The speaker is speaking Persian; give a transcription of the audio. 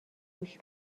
گوش